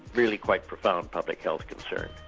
really quite profound public health concern.